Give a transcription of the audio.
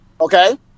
Okay